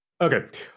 Okay